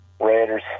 Raiders